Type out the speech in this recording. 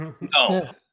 No